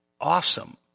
awesome